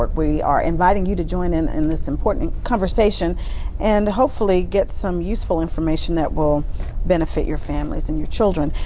but we are inviting you to join in and this important conversation and hopefully get some useful information that will benefit your families and your children.